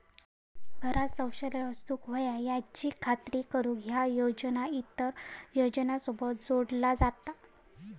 घरांत शौचालय असूक व्हया याची खात्री करुक ह्या योजना इतर योजनांसोबत जोडला जाता